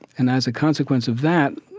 and as a consequence of that,